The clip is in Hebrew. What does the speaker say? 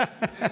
יותר מזה?